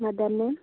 mother name